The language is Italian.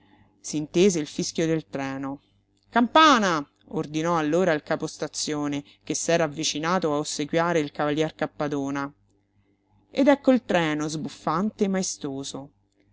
s'intese il fischio del treno campana ordinò allora il capostazione che s'era avvicinato a ossequiare il cavalier cappadona ed ecco il treno sbuffante maestoso